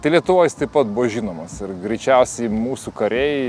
tai lietuvoj jis taip pat buvo žinomas ir greičiausiai mūsų kariai